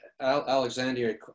Alexandria